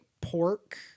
pork